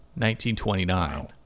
1929